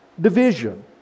division